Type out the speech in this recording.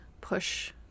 push